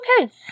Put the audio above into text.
okay